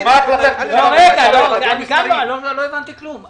לא הבנתי כלום.